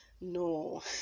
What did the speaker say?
no